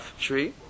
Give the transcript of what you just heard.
tree